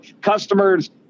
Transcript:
customers